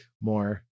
more